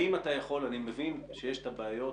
אני מבין שיש בעיות